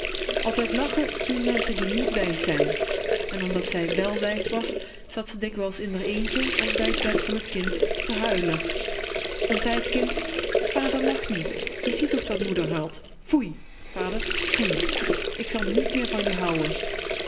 altijd lachen doen menschen die niet wijs zijn en omdat zij wèl wijs was zat ze dikwijls in r eentje of bij t bed van t kind te huilen dan zei t kind vader lach niet je ziet toch dat moeder huilt foei vader foei ik zal niet meer van je houen